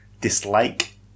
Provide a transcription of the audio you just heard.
dislike